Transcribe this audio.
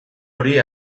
hori